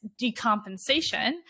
decompensation